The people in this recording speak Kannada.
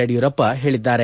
ಯಡಿಯೂರಪ್ಪ ಹೇಳಿದ್ದಾರೆ